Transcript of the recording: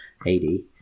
80